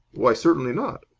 why, certainly not.